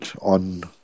on